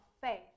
faith